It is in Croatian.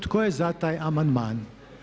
Tko je za taj amandman?